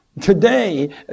Today